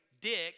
Dick